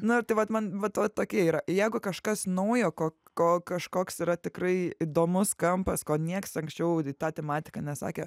na tai vat man vat vat tokie yra ir jeigu kažkas naujo ko ko kažkoks yra tikrai įdomus kampas ko nieks anksčiau ta tematika nesakė